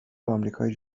آمریکای